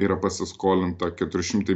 yra pasiskolinta keturi šimtai